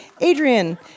Adrian